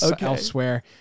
elsewhere